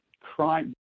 crime